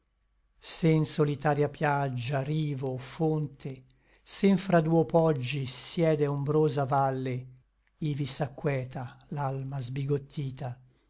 n solitaria piaggia o rivo o fonte se nfra duo poggi siede ombrosa valle ivi s'acqueta l'alma sbigottita